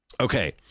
Okay